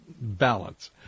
balance